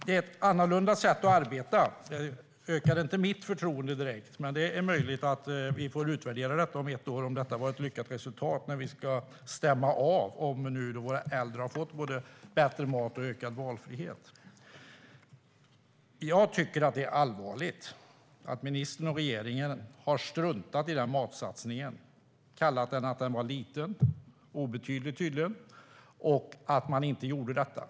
Det är ett annorlunda sätt att arbeta, och det ökar inte mitt förtroende för satsningen direkt. Vi får utvärdera om resultatet har blivit lyckat när vi ska stämma av om våra äldre har fått både bättre mat och ökad valfrihet. Jag tycker att det är allvarligt att ministern och regeringen har struntat i matsatsningen och kallat den liten - tydligen obetydlig - och menat att man inte gjorde detta.